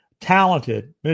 talented